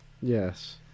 Yes